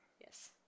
Yes